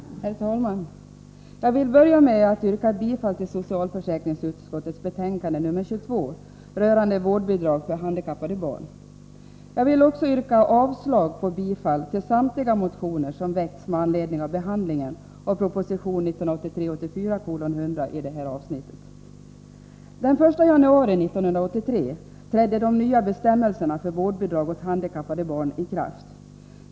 Herr talman! Jag vill börja med att yrka bifall till socialförsäkringsutskottets betänkande nr 22 rörande vårdbidrag för handikappade barn. Jag vill också yrka avslag på samtliga motioner som väckts med anledning av behandlingen av proposition 1983/84:100 i detta avsnitt. Den 1 januari 1983 trädde de nya bestämmelserna för vårdbidrag åt handikappade barn i kraft.